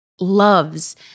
loves